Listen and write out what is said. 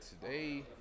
today